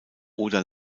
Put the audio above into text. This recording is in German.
oder